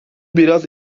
biraz